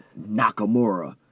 Nakamura